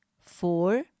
four